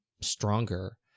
stronger